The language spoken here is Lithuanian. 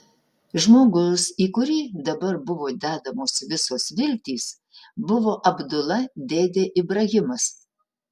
žmogus į kurį dabar buvo dedamos visos viltys buvo abdula dėdė ibrahimas